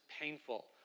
painful